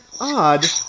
odd